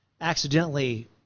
accidentally